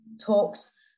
talks